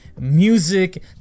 music